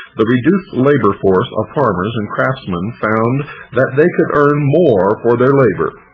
the reduced labor force of farmers and craftsmen found that they could earn more for their labor,